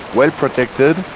well protected,